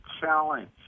challenge